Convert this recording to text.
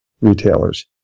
retailers